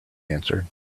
answered